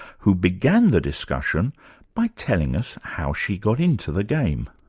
who began the discussion by telling us how she got into the game.